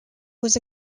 was